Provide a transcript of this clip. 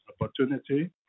opportunity